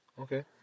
Okay